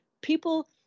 People